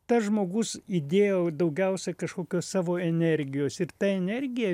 tas žmogus įdėjau daugiausia kažkokios savo energijos ir ta energija